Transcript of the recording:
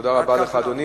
תודה רבה לך, אדוני.